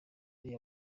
ari